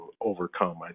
overcome